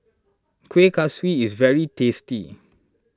Kuih Kaswi is very tasty